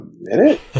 minute